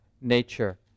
nature